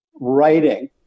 writing